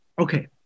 Okay